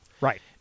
right